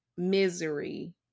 misery